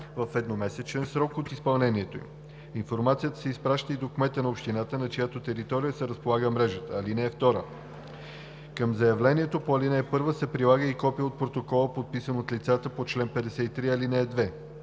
в едномесечен срок от изпълнението им. Информацията се изпраща и до кмета на общината, на чиято територия се разполага мрежата. (2) Към заявлението по ал. 1 се прилага и копие от протокола, подписан от лицата по чл. 53, ал. 2.